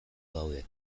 daude